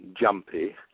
jumpy